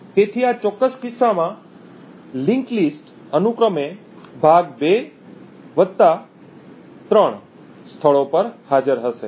તેથી આ ચોક્કસ કિસ્સામાં લિંક્ડ લિસ્ટ્સ અનુક્રમે ભાગ 2 વત્તા 3 સ્થળો પર હાજર હશે